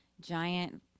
giant